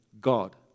God